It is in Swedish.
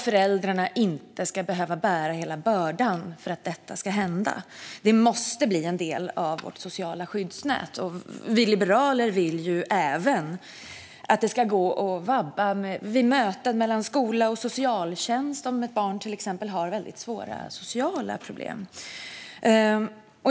Föräldrarna ska inte behöva bära hela bördan för att detta ska hända. Det måste bli en del av vårt sociala skyddsnät. Vi liberaler vill även att det ska gå att vabba vid möten mellan skolan och socialtjänst om ett barn till exempel har väldigt svåra sociala problem.